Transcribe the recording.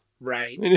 Right